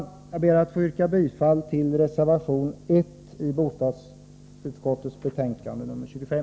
Jag ber att få yrka bifall till reservation 1 vid bostadsutskottets betänkande 25.